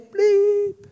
bleep